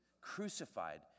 Crucified